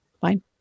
fine